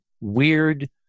weird